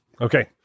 Okay